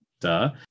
duh